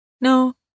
No